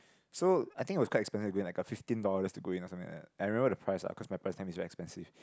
so I think it was quite expensive to go in like fifteen dollars to go in or something like that I remember the price lah cause my parents tell me it's expensive